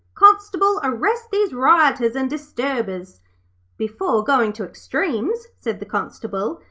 constable, arrest these rioters and disturbers before going to extremes said the constable,